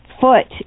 foot